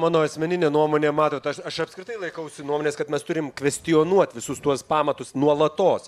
mano asmeninė nuomonė matot aš aš apskritai laikausi nuomonės kad mes turim kvestionuot visus tuos pamatus nuolatos